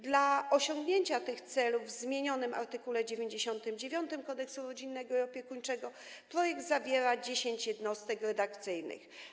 Dla osiągnięcia tych celów w zmienionym art. 99 Kodeksu rodzinnego i opiekuńczego projekt zawiera 10 jednostek redakcyjnych.